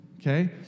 okay